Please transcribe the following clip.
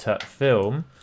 film